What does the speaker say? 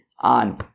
on